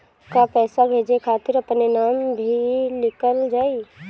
का पैसा भेजे खातिर अपने नाम भी लिकल जाइ?